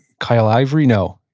kyle ivory? no.